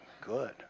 Good